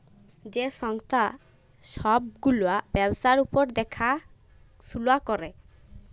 যে সংস্থা ছব গুলা ব্যবসার উপর দ্যাখাশুলা ক্যরে